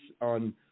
on